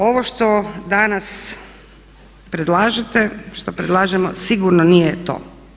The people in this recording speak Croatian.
Ovo što danas predlažete, što predlažemo sigurno nije to.